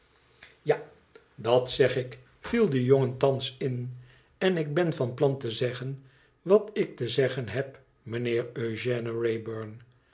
a dat zeg ik viel de jongen thans in n ik ben van plan te zeggen wat ik te zeggen heb mijnheer